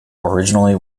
originally